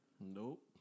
Nope